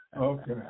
Okay